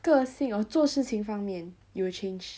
个性 or 做事情方面 you will change